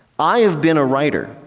i have been a writer.